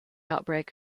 outbreak